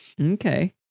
Okay